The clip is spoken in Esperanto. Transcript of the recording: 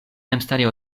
memstare